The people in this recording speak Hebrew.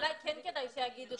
אולי כן כדאי שיגידו.